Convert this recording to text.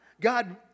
God